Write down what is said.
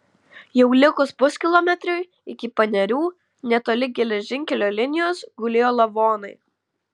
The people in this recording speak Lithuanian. jau likus puskilometriui iki panerių netoli geležinkelio linijos gulėjo lavonai